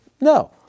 no